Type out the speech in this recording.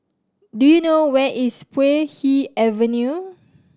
do you know where is Puay Hee Avenue